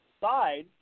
side